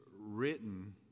written